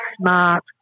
smart